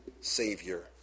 Savior